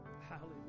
Hallelujah